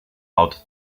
out